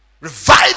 Revive